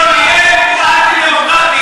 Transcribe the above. זה לפעול נגד הדמוקרטיה.